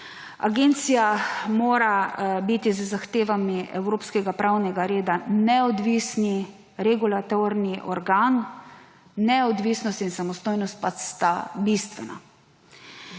Agencija mora biti z zahtevami evropskega pravnega reda neodvisen regulatorni organ, neodvisnost in samostojnost pa sta bistvena,